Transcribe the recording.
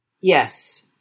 Yes